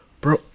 Bro